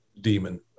Demon